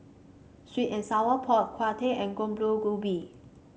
sweet and Sour Pork Tau Huay and